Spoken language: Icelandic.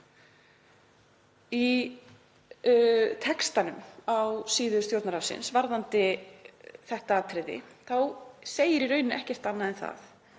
Í textanum á síðu Stjórnarráðsins varðandi þetta atriði segir í raun ekkert annað en að